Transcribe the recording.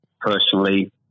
personally